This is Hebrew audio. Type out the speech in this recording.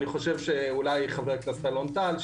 אני חושב אולי שחבר הכנסת אלון טל,